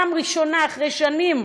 ובפעם ראשונה אחרי שנים,